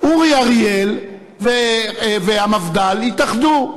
אורי אריאל והמפד"ל התאחדו,